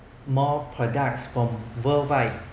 more products from worldwide